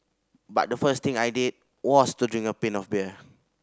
but the first thing I did was to drink a pint of beer